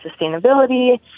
sustainability